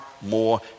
more